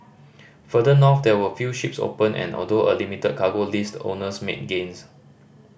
further north there were few ships open and although a limited cargo list owners made gains